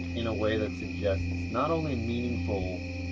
in a way that suggests not only meaningful.